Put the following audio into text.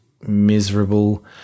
miserable